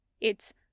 It's